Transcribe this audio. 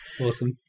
Awesome